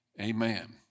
amen